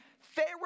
Pharaoh